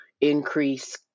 increase